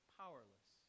powerless